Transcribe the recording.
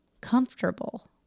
comfortable